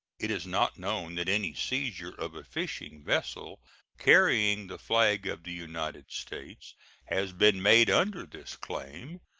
it is not known that any seizure of a fishing vessel carrying the flag of the united states has been made under this claim.